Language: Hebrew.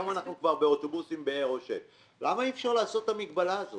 היום אנחנו כבר באוטובוסים באירו 6. למה אי אפשר לעשות את המגבלה הזאת?